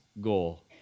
goal